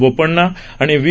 बोपण्णा आणि व्ही